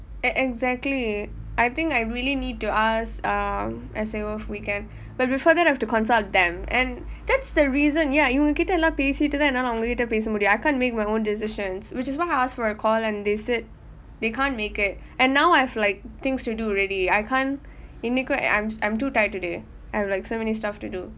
exactly I think I really need to ask um as a worth weekend but before that have to consult them and that's the reason ya இவங்க கிட்டே எல்லாம் பேசிட்டு தான் என்னால அவங்க கிட்டே பேச முடியும்:ivnga kittae ellaam pesittu thaan ennaala avanga kittae pesa mudiyum I can't make my own decisions which is why I asked for a call and they said they can't make it and now I've like things to do already I can't இன்னைக்கும்:innaikkum I'm I'm too tired today I have like so many stuff to do